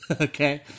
Okay